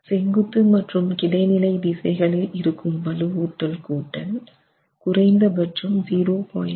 செங்குத்து மற்றும் கிடைநிலை திசைகளில் இருக்கும் வலுவூட்டல் கூட்டல் குறைந்தபட்சம் 0